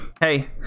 hey